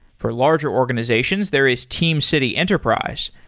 for larger organizations, there is teamcity enterprise,